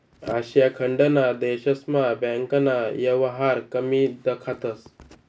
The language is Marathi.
आशिया खंडना देशस्मा बँकना येवहार कमी दखातंस